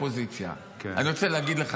אני רוצה שתבין,